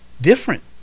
Different